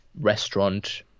restaurant